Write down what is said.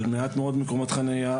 על מעט מאוד מקומות חניה.